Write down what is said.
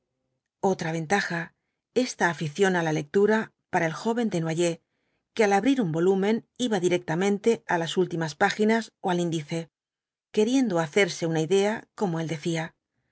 otra ventaja esta afición á la lectura para el joven desnoyers que al abrir un volumen iba directamente á las últimas páginas ó al índice queriendo hacerse una idea como él decía